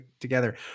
together